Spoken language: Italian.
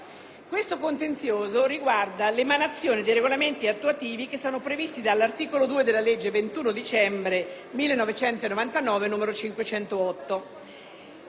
Questo contenzioso riguarda l'emanazione dei regolamenti attuativi previsti dall'articolo 2 della legge 21 dicembre 1999, n. 508,